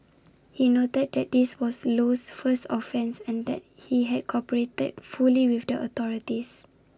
he noted that this was Low's first offence and that he had cooperated fully with the authorities